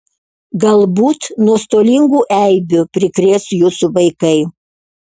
galbūt nuostolingų eibių prikrės jūsų vaikai